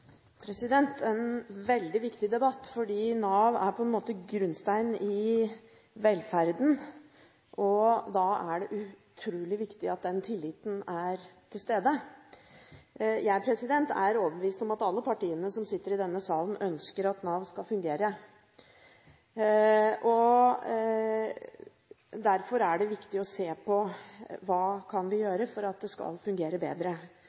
da er det utrolig viktig at tilliten er til stede. Jeg er overbevist om at alle partiene som sitter i denne salen, ønsker at Nav skal fungere, og derfor er det viktig å se på hva vi kan gjøre for at det skal fungere bedre.